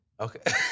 Okay